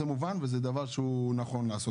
זה מובן וזה דבר שאולי נכון לעשות.